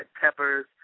Peppers